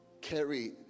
carry